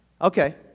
Okay